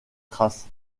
traces